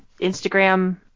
Instagram